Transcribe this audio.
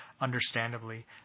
understandably